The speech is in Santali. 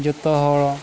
ᱡᱚᱛᱚ ᱦᱚᱲ